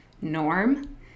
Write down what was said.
norm